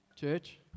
church